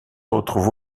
retrouve